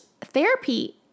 therapy